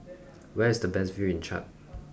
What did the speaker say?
where is the best view in Chad